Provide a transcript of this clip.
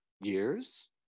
years